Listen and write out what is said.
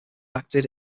acted